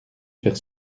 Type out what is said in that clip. faire